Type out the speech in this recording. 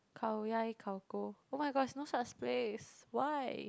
Khao-Yai Khao-Ko oh my god there's no such place why